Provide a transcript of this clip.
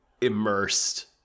immersed